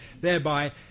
thereby